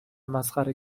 مسخره